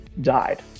died